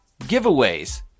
Giveaways